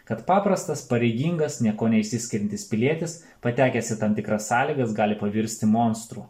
kad paprastas pareigingas niekuo neišsiskiriantis pilietis patekęs į tam tikras sąlygas gali pavirsti monstru